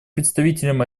представителем